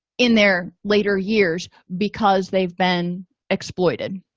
in their later years because they've been exploited